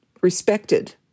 respected